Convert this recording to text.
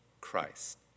Christ